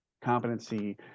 competency